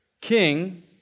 king